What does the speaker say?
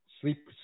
Sleep